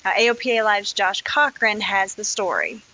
ah aopa live's josh cochran has the story.